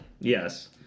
Yes